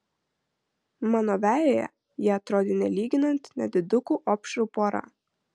mano vejoje jie atrodė nelyginant nedidukų opšrų pora